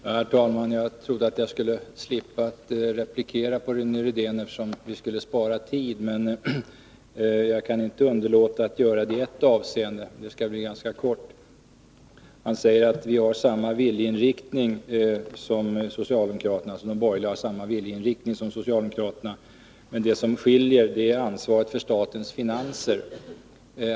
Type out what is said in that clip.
Herr talman! Jag trodde att jag skulle slippa replikera på Rune Rydéns anförande, eftersom vi skulle spara tid, men jag kan inte underlåta att kommentera i ett avseende. Jag skall fatta mig kort. Rune Rydén säger att de borgerliga har samma viljeinriktning som socialdemokraterna, men det som skiljer är ansvaret för statens finanser.